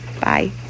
Bye